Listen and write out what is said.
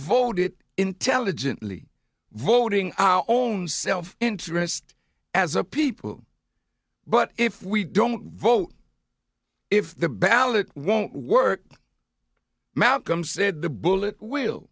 it intelligently voting our own self interest as a people but if we don't vote if the ballot won't work malcolm said the bullet will